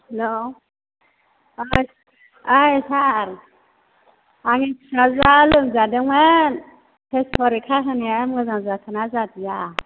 hello औइ सार आंनि फिसाजोया लोमजादोंमोन टेस्ट फरिखा होनाया मोजां जाखोना जादिया